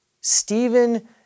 Stephen